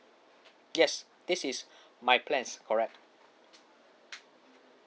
yes this is my plans correct